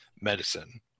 medicine